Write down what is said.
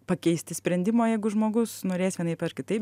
pakeisti sprendimo jeigu žmogus norės vienaip ar kitaip